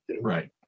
Right